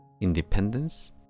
independence